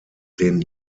den